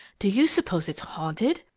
do you suppose it's haunted?